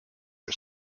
are